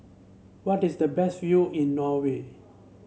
where is the best view in Norway